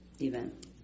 event